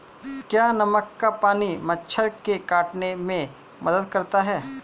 क्या नमक का पानी मच्छर के काटने में मदद करता है?